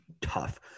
tough